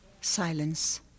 Silence